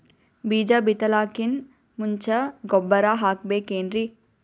ಬೀಜ ಬಿತಲಾಕಿನ್ ಮುಂಚ ಗೊಬ್ಬರ ಹಾಕಬೇಕ್ ಏನ್ರೀ?